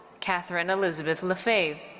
catherine elizabeth lefebvre.